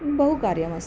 बहु कार्यमस्ति